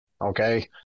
okay